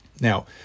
Now